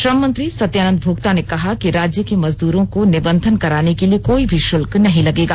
श्रम मंत्री सत्यानंद भोक्ता ने कहा कि राज्य के मजदूरों को निबंधन कराने के लिए कोई भी शुल्क नहीं लगेगा